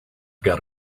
got